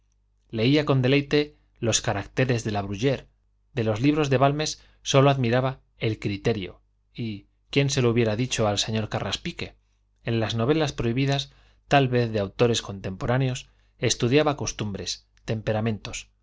leía con deleite los caracteres de la bruyre de los libros de balmes sólo admiraba el criterio y quien se lo hubiera dicho al señor carraspique en las novelas prohibidas tal vez de autores contemporáneos estudiaba costumbres temperamentos